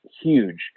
huge